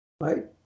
right